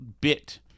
bit